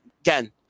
again